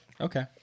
Okay